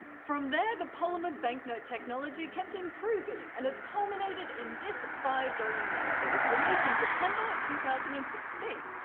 from there the polymer banknote technology kept improving and it's culminated in this five dollars note, that was released in september, two thousand and sixteen.